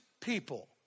people